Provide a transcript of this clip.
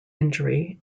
injury